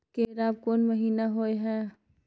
केराव कोन महीना होय हय?